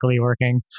working